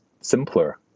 simpler